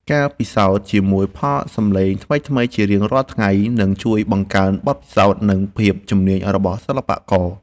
ការពិសោធន៍ជាមួយផលសំឡេងថ្មីៗជារៀងរាល់ថ្ងៃនឹងជួយបង្កើនបទពិសោធន៍ និង ភាពជំនាញរបស់សិល្បករ។